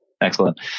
Excellent